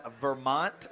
Vermont